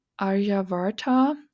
aryavarta